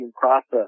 process